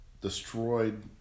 destroyed